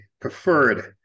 preferred